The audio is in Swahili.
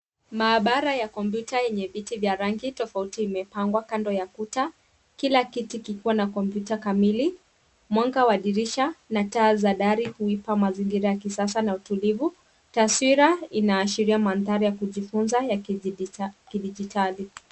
Maabara ya kompyuta yenye viti vya rangi tofauti imepangwa kando ya kuta. Kila kiti kikiwa na kompyuta kamili, mwanga wa dirisha na taa za dari kuipa mazingira ya kisasa na utulivu. Taswira, inaashiria madhari ya kujifunza ya kidijitali.